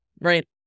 right